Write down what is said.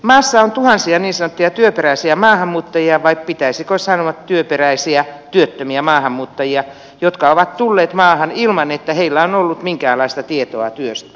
maassa on tuhansia niin sanottuja työperäisiä maahanmuuttajia vai pitäisikö sanoa työperäisiä työttömiä maahanmuuttajia jotka ovat tulleet maahan ilman että heillä on ollut minkäänlaista tietoa työstä